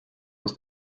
aus